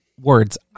words